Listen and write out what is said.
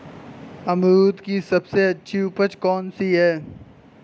अमरूद की सबसे अच्छी उपज कौन सी है?